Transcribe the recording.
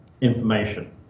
information